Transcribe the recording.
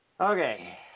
Okay